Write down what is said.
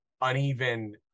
uneven